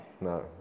No